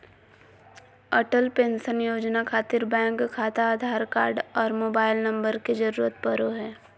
Atal pension Yojana खातिर bank खाता Aadhaar card आर मोबाइल नम्बर के जरूरत परो हय